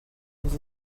les